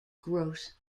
gross